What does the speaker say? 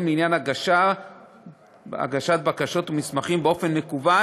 לעניין הגשת בקשות ומסמכים באופן מקוון,